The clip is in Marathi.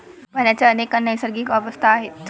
पाण्याच्या अनेक नैसर्गिक अवस्था आहेत